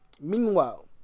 Meanwhile